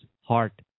heart